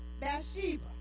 Bathsheba